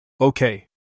Okay